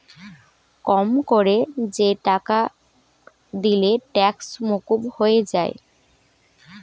কম কোরে যে টাকা দিলে ট্যাক্স মুকুব হয়ে যায়